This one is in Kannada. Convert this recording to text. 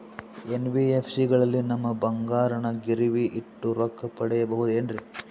ಎನ್.ಬಿ.ಎಫ್.ಸಿ ಗಳಲ್ಲಿ ನಮ್ಮ ಬಂಗಾರನ ಗಿರಿವಿ ಇಟ್ಟು ರೊಕ್ಕ ಪಡೆಯಬಹುದೇನ್ರಿ?